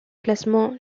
classement